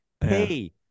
hey